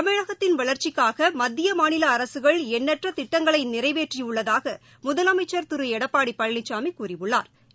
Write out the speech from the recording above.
தமிழகத்தின் வளர்ச்சிக்காகமத்தியமாநிலஅரசுகள் எண்ணற்றதிட்டங்களைநிறைவேற்றியுள்ளதாகமுதலமைச்சா் திருளடப்பாடிபழனிசாமிகூறியுள்ளாா்